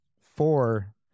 four